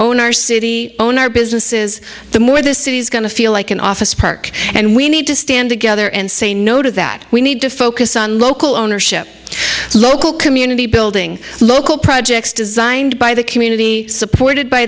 our city own our businesses the more the city's going to feel like an office park and we need to stand together and say no to that we need to focus on local ownership local community building local projects designed by the community supported by